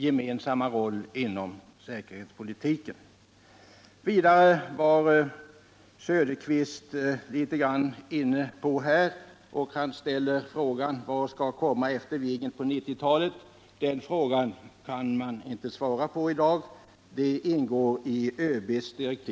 Oswald Söderqvist ställde frågan: Vad skall komma efter Viggen på 1990-talet? Den frågan kan man inte svara på i dag. ÖB har direktiv att utreda detia.